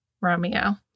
Romeo